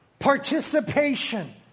participation